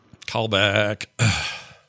Callback